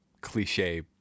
cliche